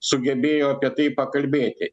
sugebėjo apie tai pakalbėti